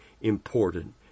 important